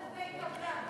עובדי קבלן,